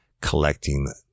collecting